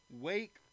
Wake